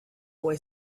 boy